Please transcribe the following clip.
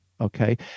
okay